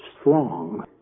strong